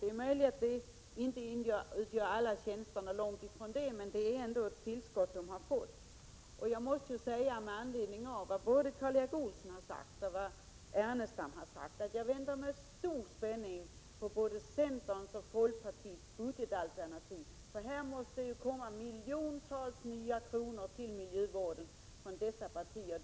Det är möjligt att det långt ifrån gäller alla tjänster, men ett nettotillskott har den fått. Med anledning av vad både Karl Erik Olsson och Lars Ernestam har sagt måste jag betona, att jag med stor spänning väntar på centerns och folkpartiets budgetalternativ. Det måste ju komma miljontals nya kronor till miljövården från dessa partier.